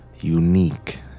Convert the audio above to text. unique